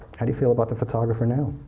how do you feel about the photographer now?